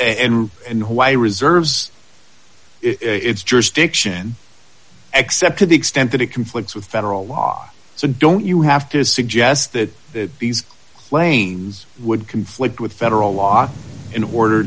apply and why reserves its jurisdiction except to the extent that it conflicts with federal law so don't you have to suggest that these planes would conflict with federal law in order